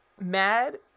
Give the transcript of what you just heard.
mad